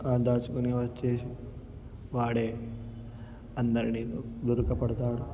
ఆ దాచుకుని వచ్చి వాడు అందరిని దొరకపడతాడు